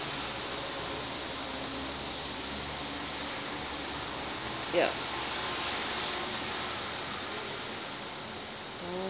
ya